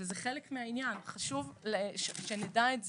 זה חלק מהעניין וחשוב שנדע את זה.